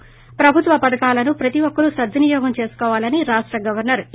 ి ప్రభుత్వ పధకాలను ప్రతి ఒక్కరు సద్వినియోగం చేసుకోవాలని రాష్ట గవర్నర్ ఈ